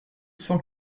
cent